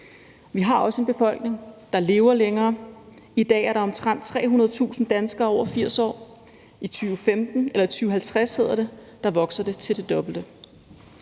vi har også en befolkning, der lever længere. I dag er der omtrent 300.000 danskere over 80 år. I 2050 vokser det til det dobbelte.